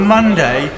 Monday